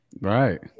Right